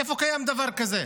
איפה קיים דבר כזה?